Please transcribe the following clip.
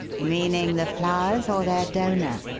meaning the flowers or their donor?